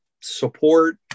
support